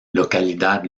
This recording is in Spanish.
localidad